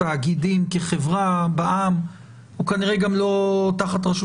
התאגידים כחברה בע"מ והוא כנראה גם לא תחת רשות